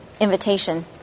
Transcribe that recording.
invitation